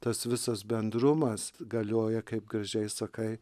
tas visas bendrumas galioja kaip gražiai sakai